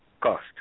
cost